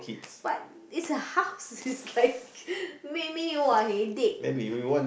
but it's a house it's like make me you were headache